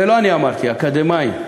ולא אני אמרתי, אקדמאים,